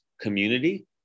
community